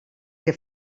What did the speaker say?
que